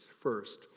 First